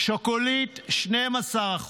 שוקולית, 12%,